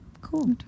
Cool